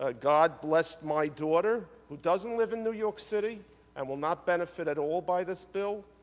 ah god bless my daughter who doesn't live in new york city and will not benefit at all by this bill,